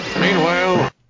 Meanwhile